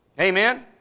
Amen